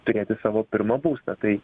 turėti savo pirmą būstą tai